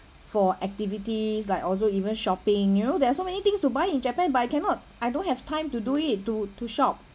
for activities like although even shopping you know there are so many things to buy in japan but I cannot I don't have time to do it to to shop